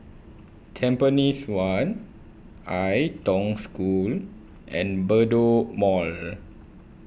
Tampines one Ai Tong School and Bedok Mall